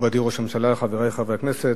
מכובדי ראש הממשלה, חברי חברי הכנסת,